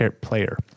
player